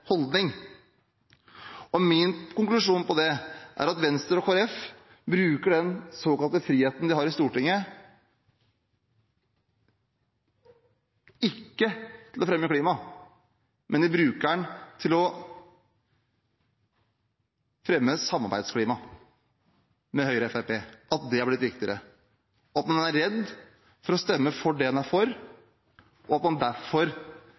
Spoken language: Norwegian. holdning. Min konklusjon på det er at Venstre og Kristelig Folkeparti bruker den såkalte friheten de har i Stortinget, ikke til å fremme klima, men de bruker den til å fremme et samarbeidsklima med Høyre og Fremskrittspartiet – at det er blitt viktigere, at man er redd for å stemme for det man er for, og at man derfor